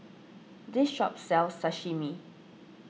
this shop sells Sashimi